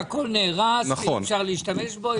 שהכל נהרס ואי אפשר להשתמש בו,